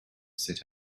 sit